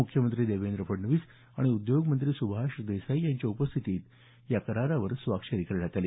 मुख्यमंत्री देवेंद्र फडणवीस आणि उद्योगमंत्री सुभाष देसाई यांच्या उपस्थितीत या करारावर स्वाक्षरी करण्यात आली